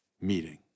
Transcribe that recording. meeting